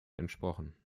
entsprochen